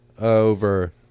over